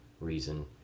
reason